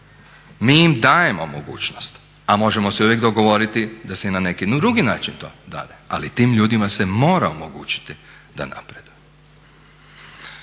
Mi im dajemo mogućnost a možemo se uvijek dogovoriti da se i na neki drugi način to dade. Ali tim ljudima se mora omogućiti da napreduju.